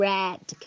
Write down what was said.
,Red